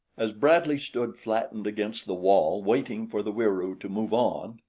as bradley stood flattened against the wall waiting for the wieroo to move on,